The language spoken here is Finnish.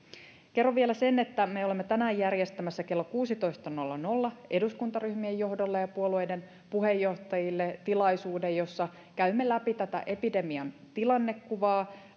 kerron vielä sen että me olemme tänään järjestämässä kello kuusitoista nolla nolla eduskuntaryhmien johdolla ja puolueiden puheenjohtajille tilaisuuden jossa käymme läpi epidemian tilannekuvaa